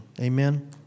amen